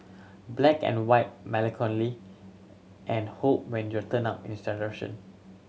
black and white melancholy and hope when you turn up